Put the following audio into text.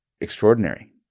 extraordinary